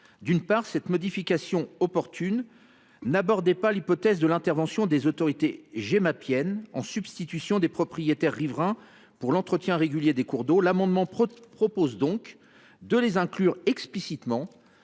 D’une part, cette modification opportune n’abordait pas l’hypothèse de l’intervention des autorités gémapiennes en substitution des propriétaires riverains pour l’entretien régulier des cours d’eau. L’amendement vise donc à les inclure explicitement